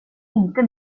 inte